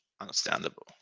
understandable